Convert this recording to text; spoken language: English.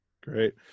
great